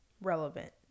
relevant